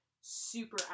super